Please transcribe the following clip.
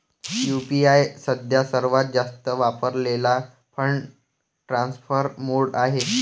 UPI सध्या सर्वात जास्त वापरलेला फंड ट्रान्सफर मोड आहे